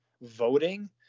voting